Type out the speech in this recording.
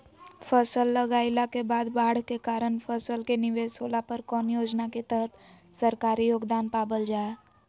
फसल लगाईला के बाद बाढ़ के कारण फसल के निवेस होला पर कौन योजना के तहत सरकारी योगदान पाबल जा हय?